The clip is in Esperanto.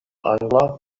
angla